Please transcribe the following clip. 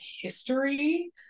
history